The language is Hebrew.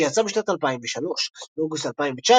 שיצא בשנת 2003. באוגוסט 2019,